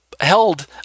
held